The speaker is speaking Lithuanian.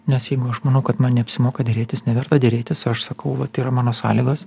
nes jeigu aš manau kad man neapsimoka derėtis neverta derėtis aš sakau vat yra mano sąlygos